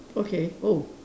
okay oh